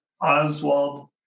Oswald